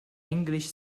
english